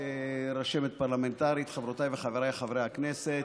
רשמת פרלמנטרית, חברותיי וחבריי חברי הכנסת,